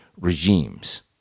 regimes